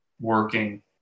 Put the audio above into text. working